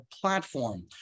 platform